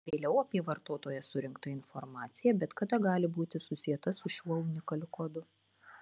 vėliau apie vartotoją surinkta informacija bet kada gali būti susieta su šiuo unikaliu kodu